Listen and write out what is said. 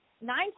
nine